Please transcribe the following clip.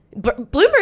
Bloomberg